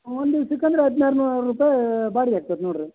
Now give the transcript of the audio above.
ಒಂದು ದಿವ್ಸಕ್ಕೆ ಅಂದ್ರೆ ಹದಿನಾರು ನೂರು ರೂಪಾಯಿ ಬಾಡಿಗೆ ಆಗ್ತದೆ ನೋಡಿರಿ